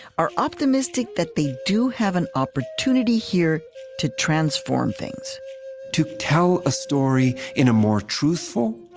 are optimistic that they do have an opportunity here to transform things to tell a story in a more truthful,